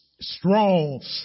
strong